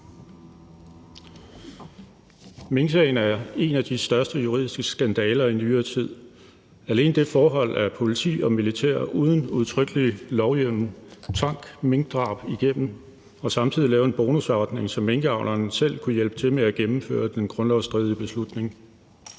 Minksagen er en af de største juridiske skandaler i nyere tid. Alene det forhold, at politi og militær uden udtrykkelig lovhjemmel tvang minkdrab igennem og samtidig lavede en bonusordning, så minkavlerne selv kunne hjælpe til med at gennemføre den grundlovsstridige beslutning,